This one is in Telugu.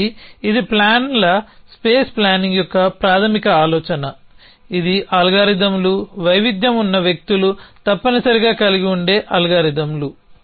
కాబట్టి ఇది ప్లాన్ల స్పేస్ ప్లానింగ్ యొక్క ప్రాథమిక ఆలోచన ఇది అల్గారిథమ్లు వైవిధ్యం ఉన్న వ్యక్తులు తప్పనిసరిగా కలిగి ఉండే అల్గారిథమ్లు